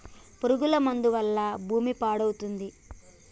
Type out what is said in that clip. పురుగుల మందు వల్ల భూమి పాడవుతుంది